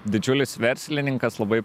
didžiulis verslininkas labai